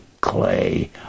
clay